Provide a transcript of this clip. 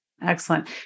Excellent